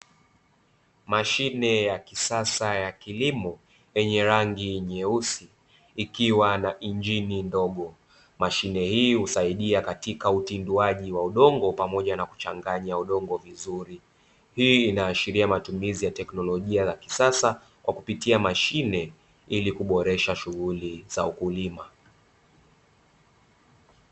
Mashine ya kisasa ya kilimo yenye rangi nyeusi ikiwa na injini ndogo. Mashine hii husaidia katika utinduaji wa udongo pamoja na kuchanganya udongo vizuri. Hii inaashiria matumizi ya teknolojia ya kisasa kwa kupitia mashine ili kuboresha shughuli za ukulima.